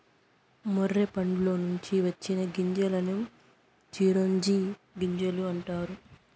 మొర్రి పండ్ల నుంచి వచ్చిన గింజలను చిరోంజి గింజలు అంటారు